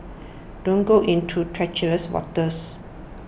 don't go into treacherous waters